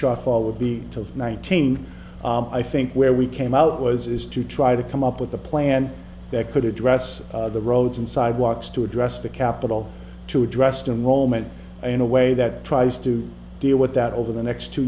shuffle would be to nineteen i think where we came out was is to try to come up with a plan that could address the roads and sidewalks to address the capital to address to a moment in a way that tries to deal with that over the next two